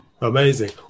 amazing